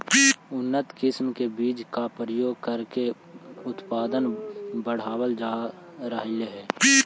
उन्नत किस्म के बीजों का प्रयोग करके उत्पादन बढ़ावल जा रहलइ हे